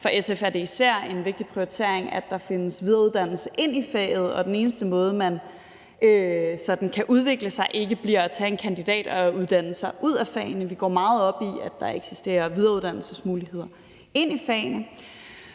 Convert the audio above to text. For SF er det især en vigtig prioritering, at der findes videreuddannelse ind i faget, og at den eneste måde, man sådan kan udvikle sig på, ikke bliver at tage en kandidat og uddanne sig ud af fagene; vi går meget op i, at der eksisterer videreuddannelsesmuligheder ind i fagene.